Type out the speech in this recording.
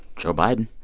joe biden.